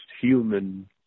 human